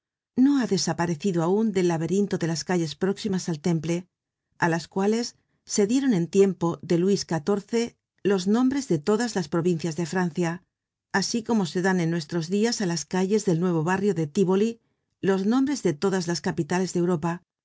no ha desaparecido aun del laberinto de las calles próximas al temple á las cuales se dieron en tiempo de luis xiv los nombres de todas las provincias de francia asi como se dan en nuestros dias á las calles del nuevo barrio de tívoli los nombres de todas las capitales de europa